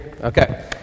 Okay